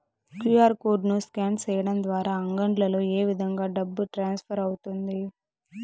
QR code ను scan సేయడం ద్వారా అంగడ్లలో ఏ విధంగా డబ్బు ట్రాన్స్ఫర్ అవుతుంది